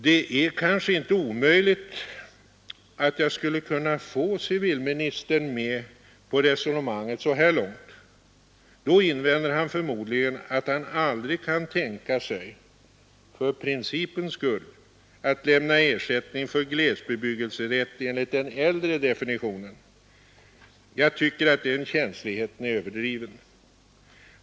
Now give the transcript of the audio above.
Det är kanske inte omöjligt att jag skulle kunna få civilministern med på resonemanget så här långt. Då invänder han förmodligen att han aldrig kan tänka sig — för principens skull — att lämna ersättning för glesbebyggelserätt enligt den äldre definitionen. Jag tycker att den känsligheten är överdriven.